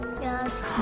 Yes